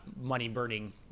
money-burning